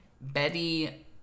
Betty